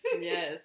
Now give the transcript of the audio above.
Yes